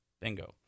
Bingo